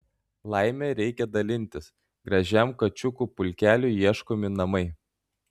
laime reikia dalintis gražiam kačiukų pulkeliui ieškomi namai